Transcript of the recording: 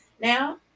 Now